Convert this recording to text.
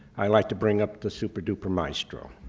i'd like to bring up the super duper maestro.